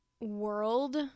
world